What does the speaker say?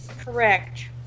Correct